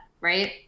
right